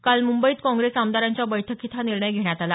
काल मुंबईत काँग्रेस आमदारांच्या बैठकीत हा निर्णय घेण्यात आला